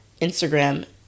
instagram